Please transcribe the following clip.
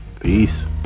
Peace